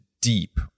deep